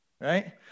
Right